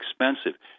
expensive